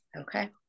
Okay